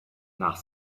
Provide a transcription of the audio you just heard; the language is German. nach